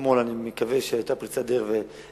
אתמול אני מקווה שהיתה פריצת דרך ותקציב